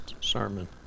sermon